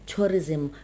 Tourism